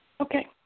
Okay